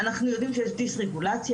אנחנו יודעים שיש דיס-רגולציה,